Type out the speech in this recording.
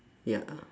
ya uh